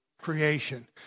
creation